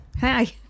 Hi